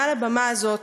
מעל הבמה הזאת: